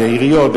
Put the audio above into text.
על-ידי עיריות,